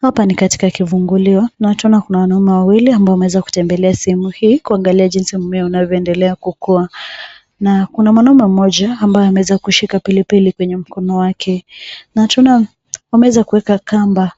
Hapa ni katika kivungulio na tunaona kuna wanaume wawili ambao wameweza kutembelea sehemu hii. Na kuna mwanaume mmoja ambaye ameweza kushika pilipili kwenye mkono wake. Na tunaona ameweza kuweka kamba